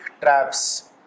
traps